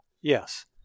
Yes